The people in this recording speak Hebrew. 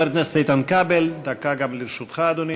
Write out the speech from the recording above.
חבר הכנסת איתן כבל, דקה גם לרשותך, אדוני.